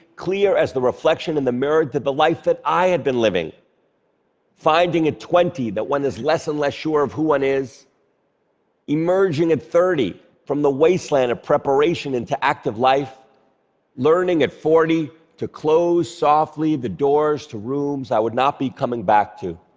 clear as the reflection in the mirror, did the life that i had been living finding at twenty that. one is less and less sure of who one is emerging at thirty from the. wasteland of preparation into active life learning at forty. to close softly the doors to rooms not be coming back to.